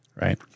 right